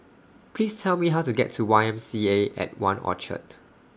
Please Tell Me How to get to Y M C A At one Orchard